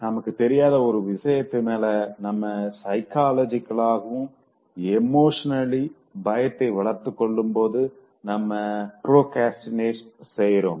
நமக்கு தெரியாத ஒரு விஷயத்து மேல நம்ம சைக்கலாஜிக்கலாகவும் எமோஷனலாகவும் பயத்த வளர்த்துக் கொள்ளும்போது நம்ம ப்ரோக்ரஸ்டினேட் செய்றோம்